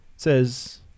says